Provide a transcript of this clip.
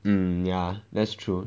mm ya that's true